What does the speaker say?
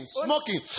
smoking